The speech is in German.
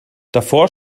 davor